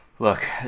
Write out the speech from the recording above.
Look